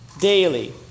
daily